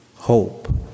hope